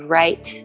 right